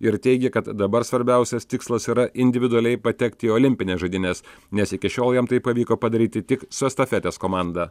ir teigė kad dabar svarbiausias tikslas yra individualiai patekti į olimpines žaidynes nes iki šiol jam tai pavyko padaryti tik su estafetės komanda